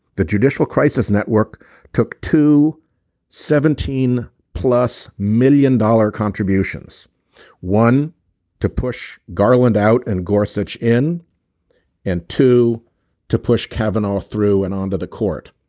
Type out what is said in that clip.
the judicial crisis network took to seventeen plus million dollar contributions one to push garland out and gore stuck in and to to push kavanaugh through and onto the court